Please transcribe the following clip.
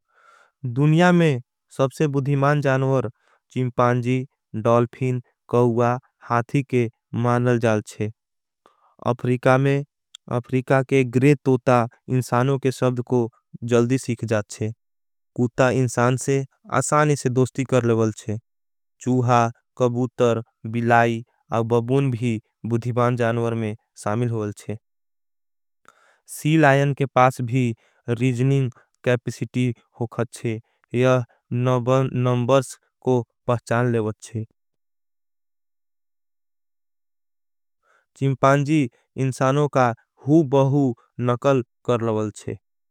दुन्या में सबसे बुधिमान जानवर चिम्पांजी, डॉलफीन, कवुआ। हाथी के मानल जाल छे अफरीका में अफरीका के ग्रेटोता। इंसानों के सब्द को जल्दी सीख जाथ छे कूता इंसान से असानी। से दोष्टी कर लेवल छे चूहा, कभूतर, बिलाई, अग बबून भी बुधिमान जानवर में सामिल हो वल छे सी लायन के पास भी। रीजनिंग कैपिसिटी हो खत छे यह नमबर्स को पहचान लेवल। छे चिम्पांजी इंसानों का हु बहु नकल कर लवल छे।